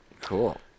cool